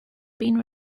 been